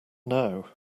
now